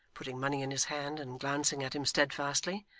putting money in his hand, and glancing at him steadfastly